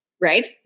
Right